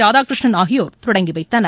ராதாகிருஷ்ணன் ஆகியோர் தொடங்கி வைத்தனர்